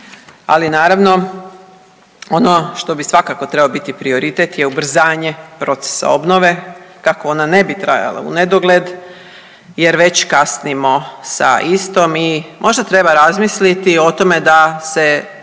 ali naravno ono što bi svakako trebao biti prioritet je ubrzanje procesa obnove kako ona ne bi trajala u nedogled jer već kasnimo sa istom. I možda treba razmisliti o tome da se